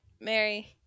Mary